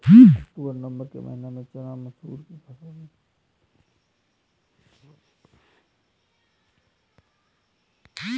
अक्टूबर नवम्बर के महीना में चना मसूर की फसल बोई जाती है?